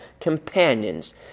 companions